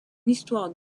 histoire